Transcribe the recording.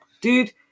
Dude